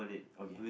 okay